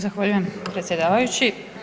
Zahvaljujem predsjedavajući.